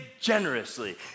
generously